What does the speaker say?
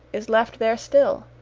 is left there still.